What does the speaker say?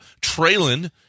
trailing